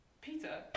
Peter